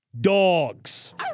dogs